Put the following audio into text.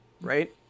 right